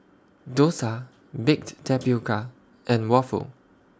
Dosa Baked Tapioca and Waffle